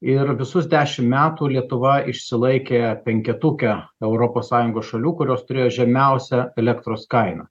ir visus dešimt metų lietuva išsilaikė penketuke europos sąjungos šalių kurios turėjo žemiausią elektros kainą